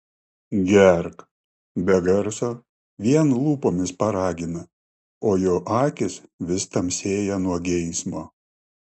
gerk be garso vien lūpomis paragina o jo akys vis tamsėja nuo geismo